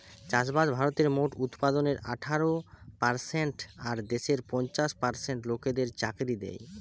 চাষবাস ভারতের মোট উৎপাদনের আঠারো পারসেন্ট আর দেশের পঞ্চাশ পার্সেন্ট লোকদের চাকরি দ্যায়